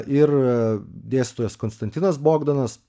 ir dėstytojas konstantinas bogdanas